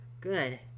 Good